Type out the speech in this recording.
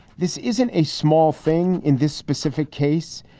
this isn't a small thing in this specific case,